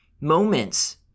moments